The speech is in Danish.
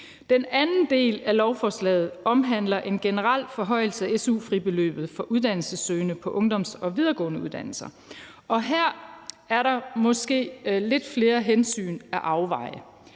Den anden del af lovforslaget omhandler en generel forhøjelse af su-fribeløbet for uddannelsessøgende på ungdoms- og videregående uddannelser, og her er der måske lidt flere hensyn at afveje.